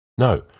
No